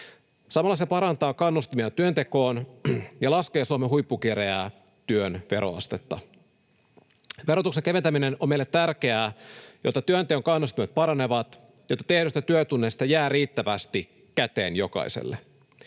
Samalla se parantaa kannustimia työntekoon ja laskee Suomen huippukireää työn veroastetta. Verotuksen keventäminen on meille tärkeää, jotta työnteon kannustimet paranevat, jotta tehdyistä työtunneista jää riittävästi käteen jokaiselle.